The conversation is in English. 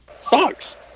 sucks